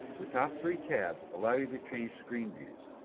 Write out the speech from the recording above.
the top three tabs allow you to change screen views.